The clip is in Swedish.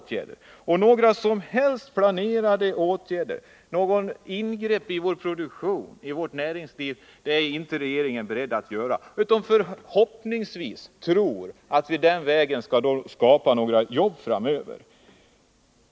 Men regeringen är inte beredd att vidta några som helst planerade åtgärder eller göra några ingrepp i vår produktion och i vårt näringsliv, utom att förhoppningsvis tro att vi skall kunna skapa några jobb framöver.